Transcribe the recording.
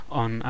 on